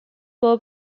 beau